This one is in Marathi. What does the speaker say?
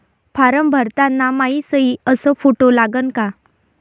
फारम भरताना मायी सयी अस फोटो लागन का?